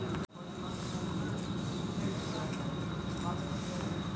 बलुइ मिट्टी क्या होती हैं?